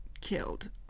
killed